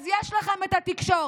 אז יש לכם את התקשורת.